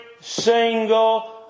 single